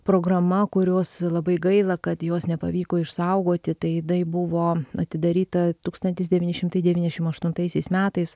programa kurios labai gaila kad jos nepavyko išsaugoti tai jinai buvo atidaryta tūkstantis devyni šimtai devyndešim aštuntaisiais metais